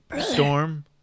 Storm